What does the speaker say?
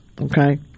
okay